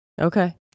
okay